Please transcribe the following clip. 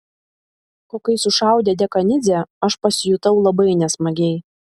o kai sušaudė dekanidzę aš pasijutau labai nesmagiai